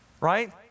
Right